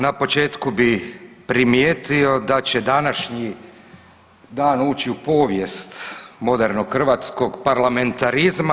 Na početku bi primijetio da će današnji dan ući u povijest modernog hrvatskog parlamentarizma.